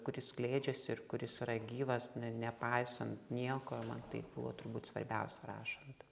kuris skleidžiasi ir kuris yra gyvas ne nepaisant nieko man tai buvo turbūt svarbiausia rašant